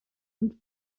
und